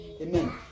Amen